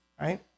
right